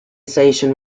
station